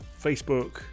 facebook